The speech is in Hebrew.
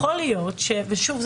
ושוב,